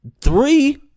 three